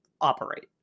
operate